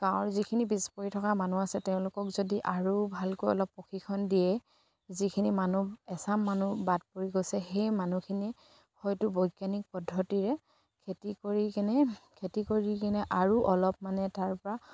গাঁৱৰ যিখিনি পিছ পৰি থকা মানুহ আছে তেওঁলোকক যদি আৰু ভালকৈ অলপ প্ৰশিক্ষণ দিয়ে যিখিনি মানুহ এচাম মানুহ বাদ পৰি গৈছে সেই মানুহখিনি হয়তো বৈজ্ঞানিক পদ্ধতিৰে খেতি কৰি কিনে খেতি কৰি কিনে আৰু অলপ মানে তাৰপৰা